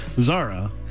Zara